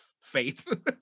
faith